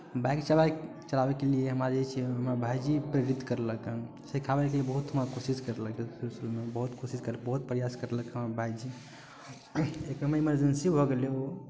bike चलाबै चलाबैके लिए हमरा जे छै हमरा भाइजी प्रेरित कयलकनि सिखाबैके लेल बहुत हमरा कोशिश कयलथि बहुत कोशिश बहुत प्रयास कयलक हमर भाइजी एकटा हमरा इमर्जेन्सी भऽ गेल रहै ओ